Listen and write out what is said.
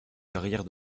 carrière